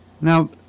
Now